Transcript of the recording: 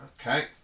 Okay